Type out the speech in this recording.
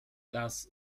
das